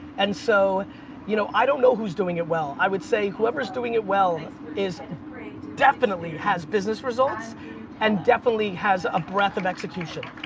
and so you know i don't know who's doing it well. i would say whoever's doing it well definitely has business results and definitely has a breadth of execution.